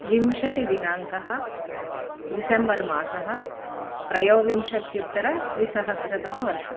विंशतिदिनाङ्कः दिसेम्बर् मासः त्रयोविंशत्युत्तर द्विसहस्रतमवर्षः